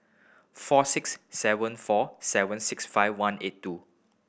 four six seven four seven six five one eight two